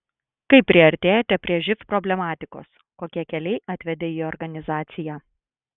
kaip priartėjote prie živ problematikos kokie keliai atvedė į organizaciją